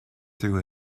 through